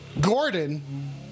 Gordon